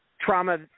trauma